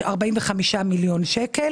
45 מיליון שקל.